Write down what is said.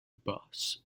bus